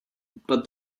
but